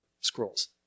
scrolls